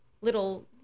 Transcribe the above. little